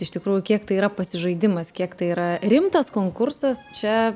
iš tikrųjų kiek tai yra pasižaidimas kiek tai yra rimtas konkursas čia